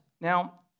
Now